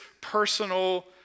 personal